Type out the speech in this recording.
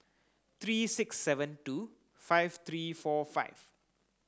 three six seven two five three four five